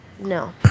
No